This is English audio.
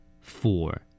Four